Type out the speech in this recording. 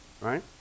Right